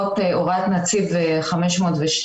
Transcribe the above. הוראת נציב 512,